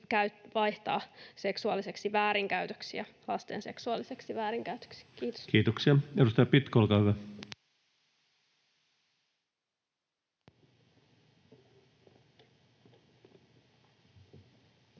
vaihtaa seksuaaliseksi väärinkäytöksi ja lasten seksuaaliseksi väärinkäytöksi. — Kiitos. Kiitoksia. — Edustaja Pitko, olkaa hyvä. Arvoisa